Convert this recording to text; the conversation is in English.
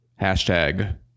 hashtag